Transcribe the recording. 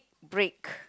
break